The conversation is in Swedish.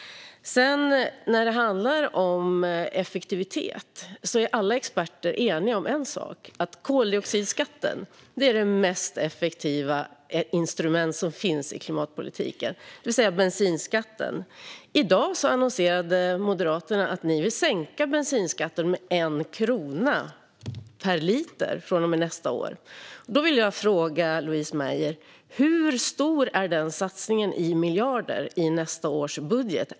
När det handlar om effektivitet är alla experter eniga om en sak: att koldioxidskatten är det mest effektiva instrument som finns i klimatpolitiken, det vill säga bensinskatten. I dag annonserade ni moderater att ni vill sänka bensinskatten med en krona per liter från och med nästa år. Då vill jag fråga Louise Meijer: Hur stor är den satsningen i miljarder i nästa års budget?